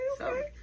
okay